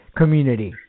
community